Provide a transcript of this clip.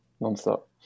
non-stop